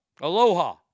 Aloha